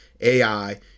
AI